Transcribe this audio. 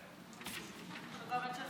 מוניס,